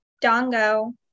Dongo